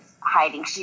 hiding